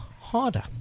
harder